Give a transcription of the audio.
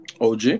OG